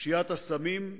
פשיעת הסמים,